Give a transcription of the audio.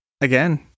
again